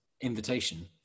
invitation